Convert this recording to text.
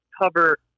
cover